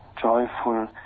joyful